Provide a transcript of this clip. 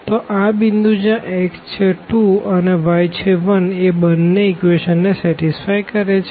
તો આ પોઈન્ટ જ્યાં x છે 2 અને y છે 1 એ બંને ઇક્વેશન ને સેટીસ્ફાઈ કરે છે